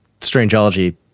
Strangeology